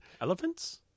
Elephants